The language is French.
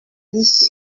lit